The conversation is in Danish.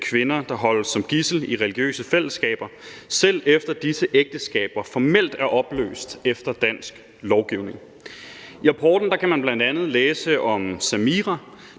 kvinder, der holdes som gidsler i religiøse fællesskaber, selv efter at disse ægteskaber formelt er opløst efter dansk lovgivning. I rapporten kan man bl.a. læse om Samira,